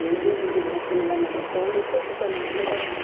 सुठो मिलंदो अथव